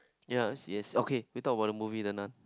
ya yes okay we talk about the movie the Nun